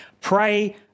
pray